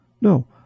No